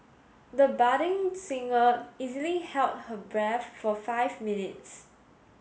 the budding singer easily held her breath for five minutes